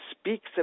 speaks